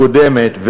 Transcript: הקודמת,